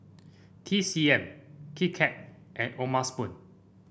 T C M Kit Kat and O'ma Spoon